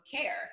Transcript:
care